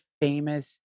famous